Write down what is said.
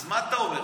אז מה אתה אומר?